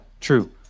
true